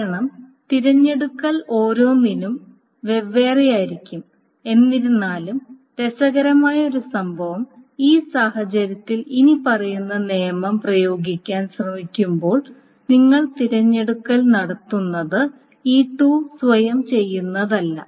കാരണം തിരഞ്ഞെടുക്കൽ ഓരോന്നിലും വെവ്വേറെയായിരിക്കും എന്നിരുന്നാലും രസകരമായ ഒരു സംഭവം ഈ സാഹചര്യത്തിൽ ഇനിപ്പറയുന്ന നിയമം പ്രയോഗിക്കാൻ ശ്രമിക്കുമ്പോൾ നിങ്ങൾ തിരഞ്ഞെടുക്കൽ നടത്തുന്നത് E2 സ്വയം ചെയ്യുന്നതല്ല